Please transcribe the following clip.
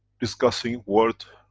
discussing word,